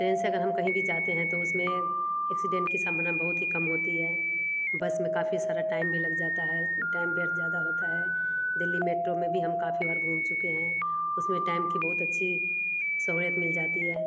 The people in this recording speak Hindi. ट्रेन से अगर हम काही भी जाते हैं तो उसमें एक्सीडेंट की संभावना बहुत ही कम होती है बस में काफ़ी सारा टाइम भी लग जाता है टाइम पर ज़्यादा होता है दिल्ली मेट्रो में भी हम काफ़ी बार घूम चुके हैं उसमें टाइम की बहुत अच्छी सहूलियत मिल जाती है